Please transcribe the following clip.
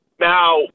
Now